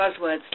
buzzwords